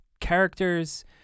characters